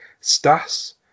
Stas